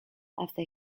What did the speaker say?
after